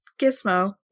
Gizmo